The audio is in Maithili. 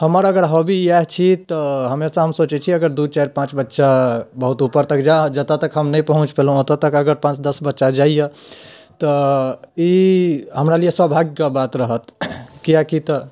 हमर अगर हौबी इएह छी तऽ हमेशा हम सोचैत छियै अगर दू चारि पाँच बच्चा बहुत ऊपर तक जाय जतऽ तक हम नहि पहुँच पयलहुँ ओतऽ तक अगर पाँच दश बच्चा जाइए तऽ ई हमरा लिअ सौभाग्य कऽ बात रहत किएकि तऽ